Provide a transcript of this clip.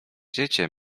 dziecię